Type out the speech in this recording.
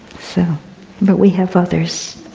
so but we have others